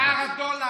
על שער הדולר.